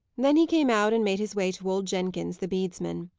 then he came out, and made his way to old jenkins the bedesman.